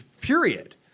period